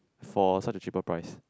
for such a cheaper price